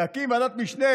להקים ועדת משנה